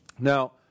Now